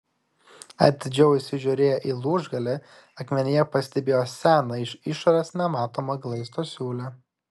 atidžiau įsižiūrėjęs į lūžgalį akmenyje pastebėjo seną iš išorės nematomą glaisto siūlę